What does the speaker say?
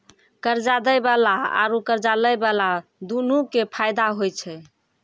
कर्जा दै बाला आरू कर्जा लै बाला दुनू के फायदा होय छै